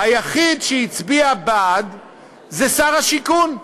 היחיד שהצביע בעד היה שר השיכון.